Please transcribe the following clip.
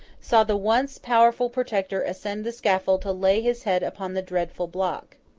saw the once powerful protector ascend the scaffold to lay his head upon the dreadful block.